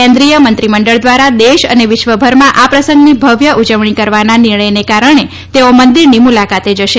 કેન્દ્રિય મંત્રીમંડળ દ્વારા દેશ અને વિશ્વભરમાં આ પ્રસંગની ભવ્ય ઉજવણી કરવાના નિર્ણયને કારણે તેઓ મંદિરની મુલાકાતે જશે